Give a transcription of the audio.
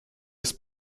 des